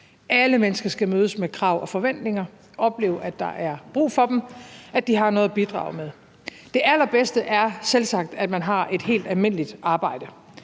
Alle mennesker skal mødes med krav og forventninger og opleve, at der er brug for dem, at de har noget at bidrage med. Det allerbedste er selvsagt, at man har et helt almindeligt arbejde.